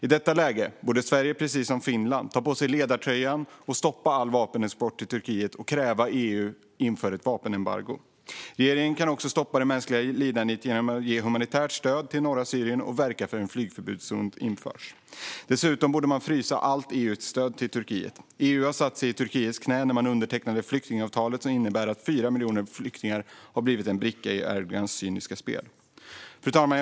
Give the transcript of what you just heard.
I detta läge borde Sverige, precis som Finland, ta på sig ledartröjan och stoppa all vapenexport till Turkiet samt kräva att EU inför ett vapenembargo. Regeringen kan stoppa det mänskliga lidandet också genom att ge humanitärt stöd till norra Syrien och verka för att en flygförbudszon införs. Dessutom borde allt EU-stöd till Turkiet frysas. EU har satt sig i Turkiets knä genom att underteckna det flyktingavtal som innebär att fyra miljoner flyktingar har blivit en bricka i Erdogans cyniska spel. Fru talman!